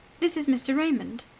this is mr. raymond.